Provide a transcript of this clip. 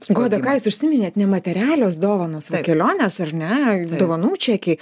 goda ką jūs užsiminėt nematerialios dovanos kelionės ar ne dovanų čekiai